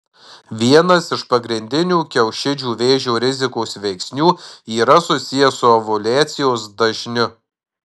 vienas iš pagrindinių kiaušidžių vėžio rizikos veiksnių yra susijęs su ovuliacijos dažniu